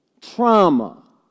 trauma